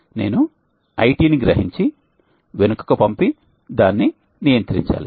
కాబట్టి నేను IT ని గ్రహించి వెనుకకు పంపి దానిని నియంత్రించాలి